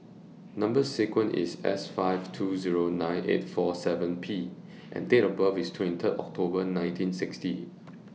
Number sequence IS S five two Zero nine eight four seven P and Date of birth IS twenty Third October nineteen sixty